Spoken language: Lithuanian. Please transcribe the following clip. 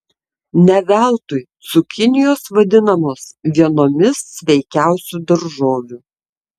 ne veltui cukinijos vadinamos vienomis sveikiausių daržovių